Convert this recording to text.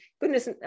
goodness